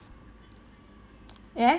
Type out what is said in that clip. ya